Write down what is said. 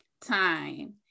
time